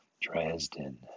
Dresden